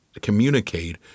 communicate